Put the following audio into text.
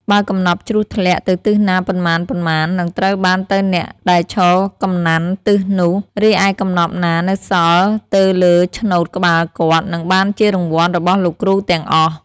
បើកំណប់ជ្រុះធ្លាក់ទៅទិសណាប៉ុន្មានៗ នឹងត្រូវបានទៅអ្នកដែលឈរកំណាន់ទិសនោះ រីឯកំណប់ណានៅសល់ទើរលើឆ្នូតក្បាលគាត់ នឹងបានជារង្វាន់របស់លោកគ្រូទាំងអស់។